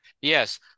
Yes